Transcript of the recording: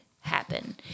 happen